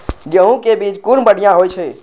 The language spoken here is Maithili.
गैहू कै बीज कुन बढ़िया होय छै?